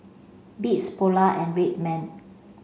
beats Polar and Red Man